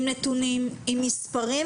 עם נתונים, עם מספרים.